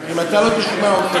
אז אם אתה לא תשמע אותי,